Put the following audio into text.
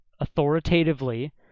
authoritatively